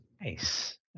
Nice